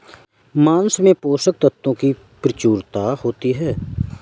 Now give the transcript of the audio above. माँस में पोषक तत्त्वों की प्रचूरता होती है